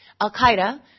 al-Qaeda